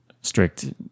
strict